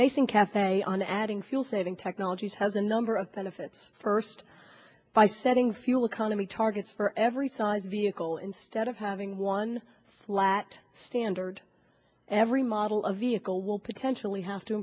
basing cafe on adding fuel saving technologies has a number of benefits first by setting fuel economy targets for every size vehicle instead of having one flat standard every model of vehicle will potentially have to